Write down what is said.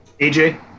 AJ